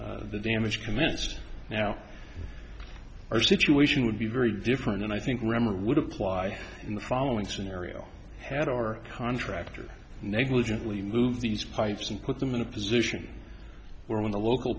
the damage commenced now our situation would be very different and i think remember would apply in the following scenario had our contractor negligently move these pipes and put them in a position where when the local